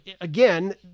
again